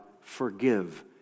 forgive